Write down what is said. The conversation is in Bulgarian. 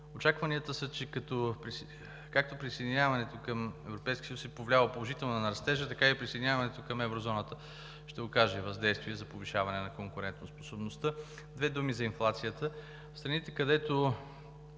Очакванията са, че както присъединяването към Европейския съюз е повлияло положително на растежа, така и присъединяването към Еврозоната ще окаже въздействие за повишаване на конкурентоспособността. Две думи за инфлацията. В страните, където